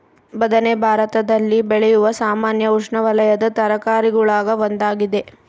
ಬದನೆ ಭಾರತದಲ್ಲಿ ಬೆಳೆಯುವ ಸಾಮಾನ್ಯ ಉಷ್ಣವಲಯದ ತರಕಾರಿಗುಳಾಗ ಒಂದಾಗಿದೆ